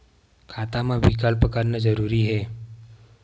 खाता मा विकल्प करना जरूरी है?